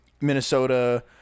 Minnesota –